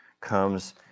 comes